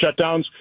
shutdowns